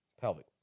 pelvic